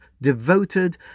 devoted